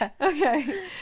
Okay